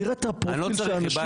תראה את הפרופיל של האנשים,